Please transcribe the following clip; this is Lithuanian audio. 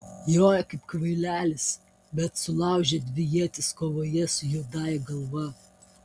joja kaip kvailelis bet sulaužė dvi ietis kovoje su juodąja galva